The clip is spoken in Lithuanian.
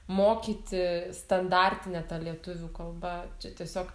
mokyti standartine ta lietuvių kalba čia tiesiog